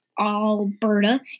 Alberta